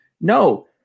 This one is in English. No